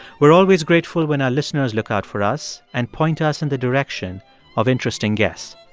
we're always grateful when our listeners look out for us and point us in the direction of interesting guests.